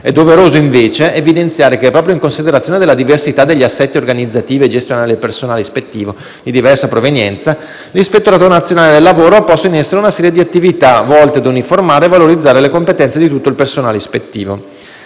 È doveroso invece evidenziare che, proprio in considerazione della diversità degli assetti organizzativi e gestionali del personale ispettivo di diversa provenienza, l'Ispettorato nazionale del lavoro ha posto in essere una serie di attività volte a uniformare e valorizzare le competenze di tutto il personale ispettivo.